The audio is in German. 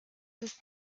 ist